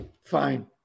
fine